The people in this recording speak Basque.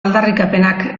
aldarrikapenak